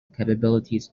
capabilities